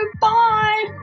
bye